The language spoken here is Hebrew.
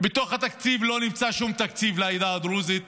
בתוך התקציב לא נמצא שום תקציב לעדה הדרוזית,